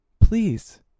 please